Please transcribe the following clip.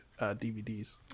DVDs